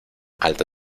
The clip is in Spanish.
alta